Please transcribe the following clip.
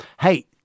Hey